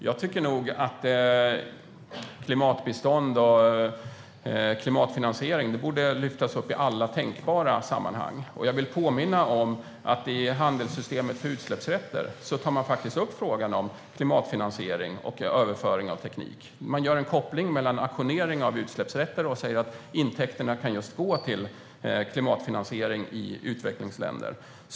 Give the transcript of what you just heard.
Jag tycker nog att klimatbistånd och klimatfinansiering borde lyftas upp i alla tänkbara sammanhang. Jag vill påminna om att man i handelssystemet för utsläppsrätter faktiskt tar upp frågan om klimatfinansiering och överföring av teknik. Man gör en koppling till auktionering av utsläppsrätter och säger att intäkterna kan gå till just klimatfinansiering i utvecklingsländer.